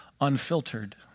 unfiltered